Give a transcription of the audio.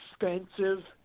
expensive